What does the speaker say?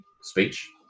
speech